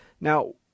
Now